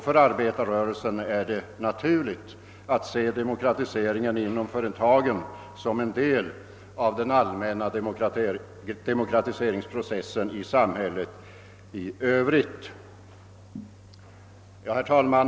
För arbetarrörelsen är det naturligt att se demokratiseringen inom företagen som en del av den allmänna <demokratiseringsprocessen i samhället i övrigt. Herr talman!